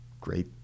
great